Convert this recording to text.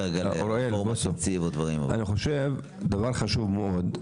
יש דבר חשוב מאוד,